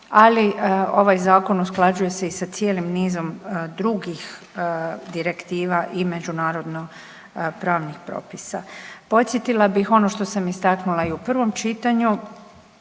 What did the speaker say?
ali ovaj Zakon usklađuje se i sa cijelim nizom drugih direktiva i međunarodnopravnih propisa. Podsjetila bih, ono što sam istaknula i u prvom čitanju,